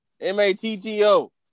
M-A-T-T-O